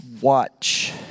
watch